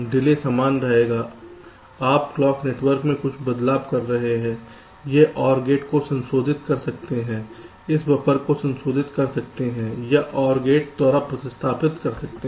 delay समान रहेगा आप क्लॉक नेटवर्क में कुछ बदलाव कर रहे हैं उस OR गेट को संशोधित कर सकते हैं उस बफर को संशोधित कर सकते हैं या OR गेट द्वारा प्रतिस्थापित कर सकते हैं